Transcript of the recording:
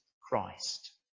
Christ